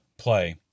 play